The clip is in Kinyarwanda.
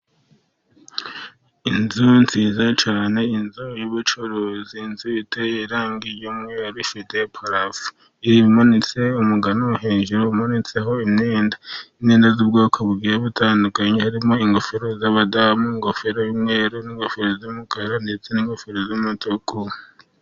Inzu nziza cyane, inzu y'ubucuruzi, inzuteye irangi ry'umweru ifite parafo. Imanitse umugano hejuru umanitseho imyenda y'ubwoko butandukanye, harimo ingofero z'abadamu, ingofero y'umweru n'ingofero z'umukara, ndetse ingofero z'umutuku.